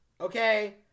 Okay